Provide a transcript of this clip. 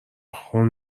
خون